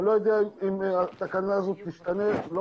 ואני לא יודע אם התקנה הזאת תשתנה ולא